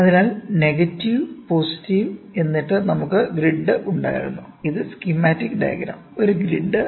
അതിനാൽ negative positive എന്നിട്ട് നമുക്ക് ഗ്രിഡ് ഉണ്ടായിരുന്നു ഇത് സ്കിമാറ്റിക് ഡയഗ്രം ഒരു ഗ്രിഡ്